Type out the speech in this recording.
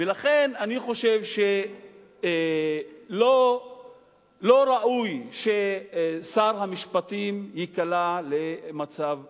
אני חושב שלא ראוי ששר המשפטים ייקלע למצב כזה.